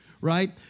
Right